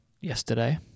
yesterday